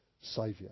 Saviour